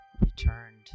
returned